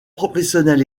professionnel